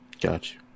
Gotcha